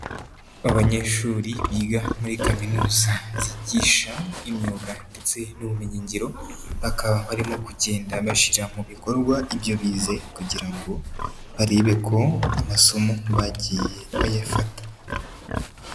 Abanyeshuri biga muri kaminuza, zigisha imyuga ndetse n'ubumenyingiro, bakaba barimo kugenda bashyira mu bikorwa ibyo bize, kugira ngo barebe ko, amasomo bagiye bayafata.